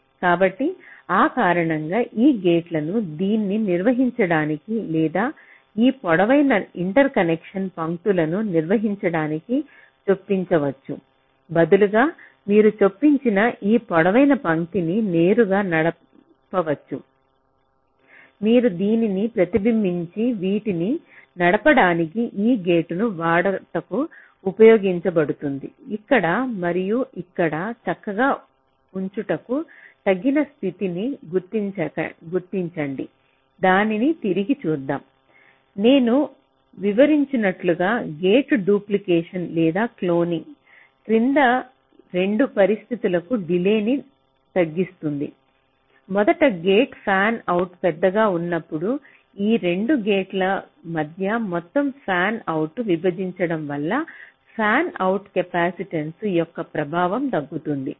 కాబట్టి అకారణంగా ఈ గేట్లను దీన్ని నిర్వహించడానికి లేదా ఈ పొడవైన ఇంటర్కనెక్షన్ పంక్తులను నిర్వహించడానికి చొప్పించవచ్చు బదులుగా మీరు చొప్పించిన ఈ పొడవైన పంక్తిని నేరుగా నడపవచ్చు మీరు దానిని ప్రతిబింబించి వీటిని నడపడానికి ఈ గేటును వాడుటకు ఉపయోగించబడుతుంది ఇక్కడ మరియు ఇక్కడ చక్కగా ఉంచుటకు తగిన స్థితిని గుర్తించండి దానిని తిరిగి చూద్దాం నేను వివరించినట్లుగా గేట్ డూప్లికేషన్ లేదా క్లోనింగ్ క్రింది 2 పరిస్థితులకు డిలేన్ని తగ్గిస్తుంది మొదట గేట్ ఫ్యాన్ అవుట్ పెద్దగా ఉన్నప్పుడు ఈ 2 గేట్ల మధ్య మొత్తం ఫ్యాన్ అవుట్ను విభజించడం వల్ల ఫ్యాన్ అవుట్ కెపాసిటెన్స్ యొక్క ప్రభావం తగ్గుతుంది